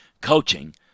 coaching